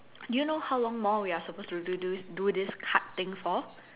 do you know how long more we're supposed to do do this card thing for